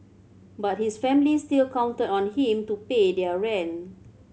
but his family still counted on him to pay their rent